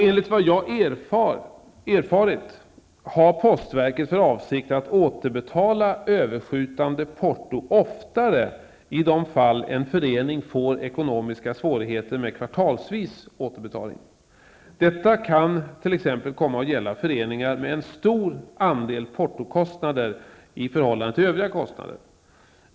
Enligt vad jag erfarit har postverket för avsikt att återbetala överskjutande porto oftare i de fall en förening får ekonomiska svårigheter med kvartalsvis återbetalning. Detta kan t.ex. komma att gälla föreningar med stor andel portokostnader i förhållande till övriga kostnader.